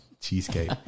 Cheesecake